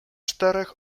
czterech